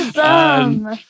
Awesome